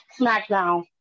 Smackdown